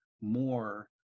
more